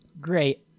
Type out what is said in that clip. great